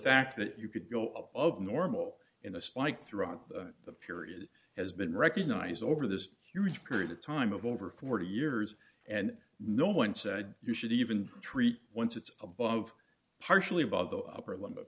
fact that you could go off of normal in a spike throughout the period has been recognized over this huge period of time of over forty years and no one said you should even treat once it's above partially above the upper limit